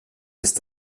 ist